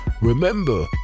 Remember